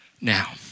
Now